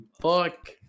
fuck